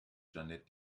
jeanette